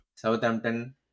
Southampton